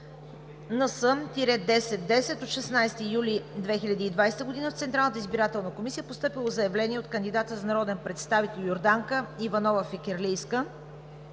входящ № НС-10-10 от 16 юли 2020 г. в Централната избирателна комисия е постъпило заявление от кандидата за народен представител Йорданка Иванова Фикирлийска,